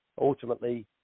ultimately